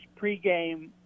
pregame